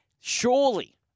Surely